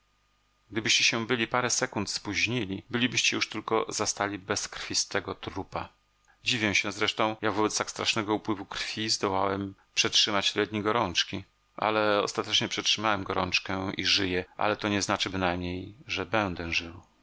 gdybyście się byli parę sekund spóźnili bylibyście już tylko zastali bezkrwistego trupa dziwię się zresztą jak wobec tak strasznego upływu krwi zdołałem przetrzymać tyle dni gorączki ale ostatecznie przetrzymałem gorączkę i żyję ale to nie znaczy bynajmniej że będę